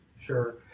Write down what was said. sure